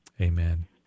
amen